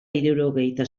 hirurogeita